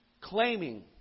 claiming